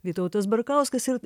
vytautas barkauskas ir